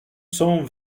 cent